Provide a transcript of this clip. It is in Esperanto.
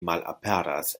malaperas